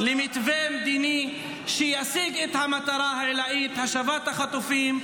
למתווה מדיני שישיג את המטרה העילאית: השבת החטופים,